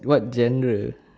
what genre